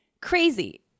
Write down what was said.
crazy